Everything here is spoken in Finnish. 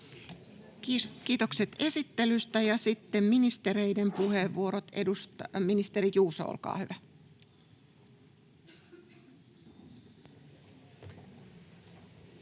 Kiitokset esittelystä. — Sitten ministereiden puheenvuorot. Ministeri Juuso, olkaa hyvä.